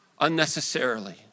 unnecessarily